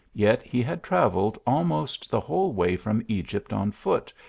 yet he had travelled almost the whole way from egypt on foot,